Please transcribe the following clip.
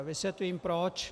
Vysvětlím proč.